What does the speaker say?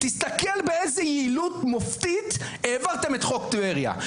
באיזו יעילות מופתית העברתם את חוק טבריה.